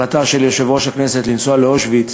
ההחלטה של יושב-ראש הכנסת לנסוע לאושוויץ